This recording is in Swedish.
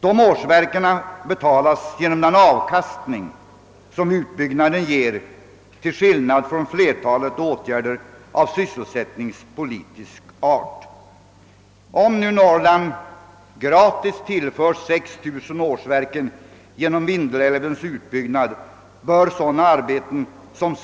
Dessa årsverken betalas genom den avkastning som utbyggnaden ger till skillnad från flertalet åtgärder av sysselsättningspolitisk art. Om nu Norrland gratis tillförs 6 000 årsverken genom Vindelälvens utbyggnad bör sådana arbeten som